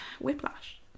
Whiplash